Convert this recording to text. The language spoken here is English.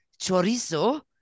chorizo